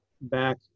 back